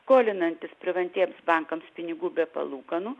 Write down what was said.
skolinantis privatiems bankams pinigų be palūkanų